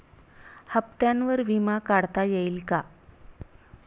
हप्त्यांवर विमा काढता येईल का?